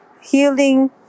healing